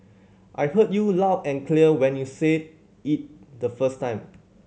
I heard you loud and clear when you said it the first time